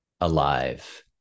alive